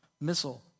missile